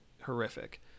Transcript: horrific